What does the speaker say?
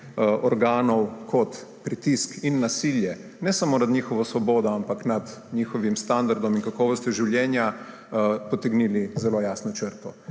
tudi kot pritisk in nasilje, ne samo nad njihovo svobodo, ampak tudi nad standardom in kakovostjo življenja, potegnili zelo jasno črto.